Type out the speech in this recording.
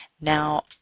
Now